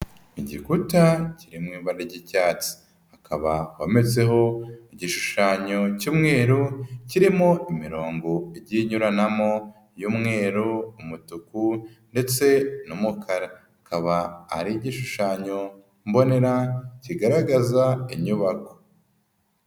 Igikuta kiri mu ibara ry'icyatsi hakaba hometseho igishushanyo cy'umweru kirimo imirongo igiye inyuranamo y'umweru, umutuku ndetse n'umukara, akaba ari igishushanyo mbonera kigaragaza inyubako.